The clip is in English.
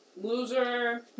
Loser